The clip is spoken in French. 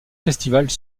festivals